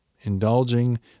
indulging